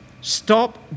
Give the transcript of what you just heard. stop